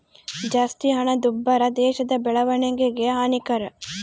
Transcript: ಜಾಸ್ತಿ ಹಣದುಬ್ಬರ ದೇಶದ ಬೆಳವಣಿಗೆಗೆ ಹಾನಿಕರ